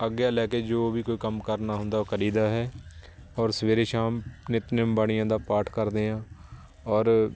ਆਗਿਆ ਲੈ ਕੇ ਜੋ ਵੀ ਕੋਈ ਕੰਮ ਕਰਨਾ ਹੁੰਦਾ ਉਹ ਕਰੀਦਾ ਹੈ ਔਰ ਸਵੇਰੇ ਸ਼ਾਮ ਨਿਤਨੇਮ ਬਾਣੀਆਂ ਦਾ ਪਾਠ ਕਰਦੇ ਹਾਂ ਔਰ